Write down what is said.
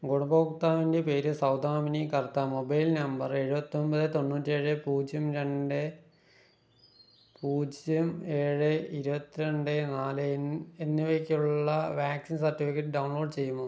ഗുണഭോക്താവിൻ്റെ പേര് Saudamini Kartha mobile number എഴുപത്തൊമ്പത് തൊണ്ണൂറ്റേഴ് പൂജ്യം രണ്ട് പൂജ്യം ഏഴ് ഇരുപത്തിരണ്ട് നാല് എന്നിവയ്ക്കുള്ള വാക്സിൻ സർട്ടിഫിക്കറ്റ് ഡൗൺലോഡ് ചെയ്യുമോ